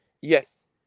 Yes